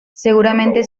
seguramente